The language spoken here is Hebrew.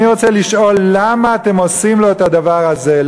אני רוצה לשאול, למה אתם עושים לו את הדבר הזה?